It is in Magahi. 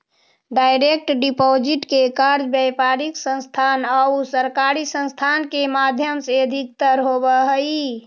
डायरेक्ट डिपॉजिट के कार्य व्यापारिक संस्थान आउ सरकारी संस्थान के माध्यम से अधिकतर होवऽ हइ